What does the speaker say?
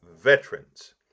veterans